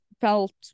felt